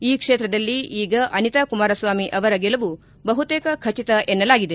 ಈ ಕ್ಷೇತ್ರದಲ್ಲಿ ಈಗ ಅನಿತಾ ಕುಮಾರಸ್ವಾಮಿ ಅವರ ಗೆಲುವು ಬಹುತೇಕ ಖಚಿತ ಎನ್ನಲಾಗಿದೆ